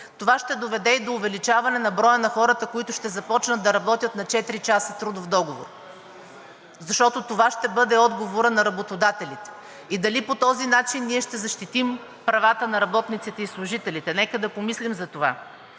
това ще доведе и до увеличаване на броя на хората, които ще започнат да работят на четиричасов трудов договор, защото това ще бъде отговорът на работодателите. Дали по този начин ние ще защитим правата на работниците и служителите? Нека да помислим за това.